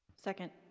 second